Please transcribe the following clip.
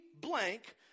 blank